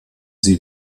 sie